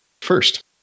First